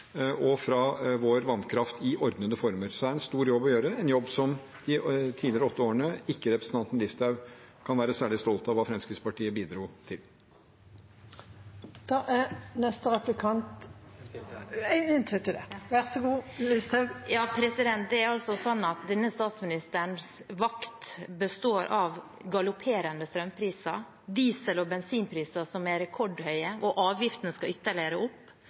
og fra vår vannkraft, i ordnede former. Så det er en stor jobb å gjøre, en jobb som representanten Listhaug ikke kan være særlig stolt over hva Fremskrittspartiet har bidratt til i de siste åtte årene. Denne statsministerens vakt består av galopperende strømpriser, diesel- og bensinpriser som er rekordhøye – og avgiftene skal ytterligere opp